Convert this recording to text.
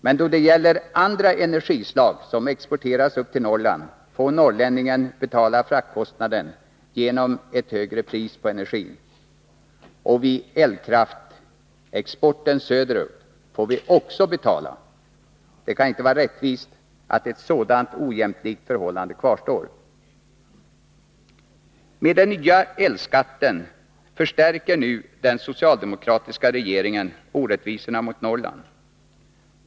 Men då det gäller andra energislag som exporteras upp till Norrland får norrlänningen betala fraktkostnaden i form av ett högre pris på energin, och vid export söderut av elkraft får norrlänningen också betala. Det kan inte vara rättvist att sådant ojämlikt förhållande kvarstår. Med den nya elskatten förstärker nu den socialdemokratiska regeringen orättvisorna gentemot Norrland.